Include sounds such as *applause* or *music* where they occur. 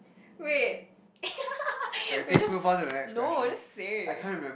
wait *laughs* wait just no just say